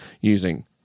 using